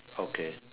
okay